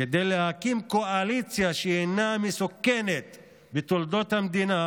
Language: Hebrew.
כדי להקים קואליציה שהיא המסוכנת בתולדות המדינה